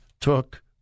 took